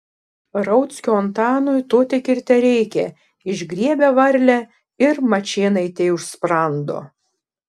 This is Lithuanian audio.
rauckio antanui to tik ir tereikia išgriebia varlę ir mačėnaitei už sprando